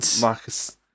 Marcus